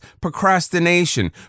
procrastination